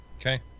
okay